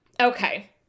okay